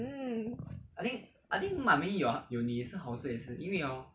mm